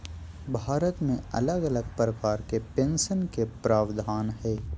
भारत मे अलग अलग प्रकार के पेंशन के प्रावधान हय